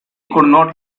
could